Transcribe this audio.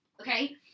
Okay